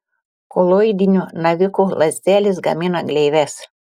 koloidinių navikų ląstelės gamina gleives